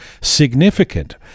significant